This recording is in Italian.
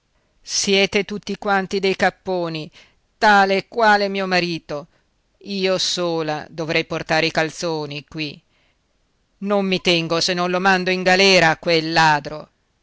siete tutti quanti dei capponi tale e quale mio marito io sola dovrei portare i calzoni qui non mi tengo se non lo mando in galera quel ladro